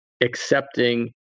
accepting